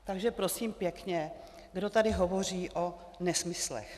Takže prosím pěkně, kdo tady hovoří o nesmyslech?